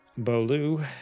Bolu